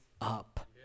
up